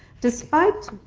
despite,